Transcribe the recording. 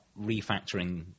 refactoring